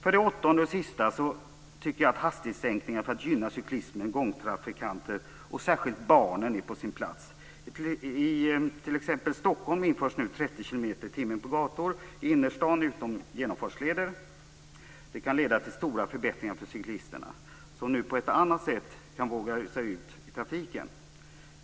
För det åttonde och sista tycker jag att hastighetssänkningar för att gynna cyklister och gångtrafikanter och särskilt barn är på sin plats. I t.ex. Stockholm införs nu 30 kilometer i timmen på gator i innerstaden utom genomfartsleder. Det kan leda till stora förbättringar för cyklisterna, som på ett annat sätt kan våga sig ut i trafiken.